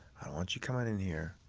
i want you coming in here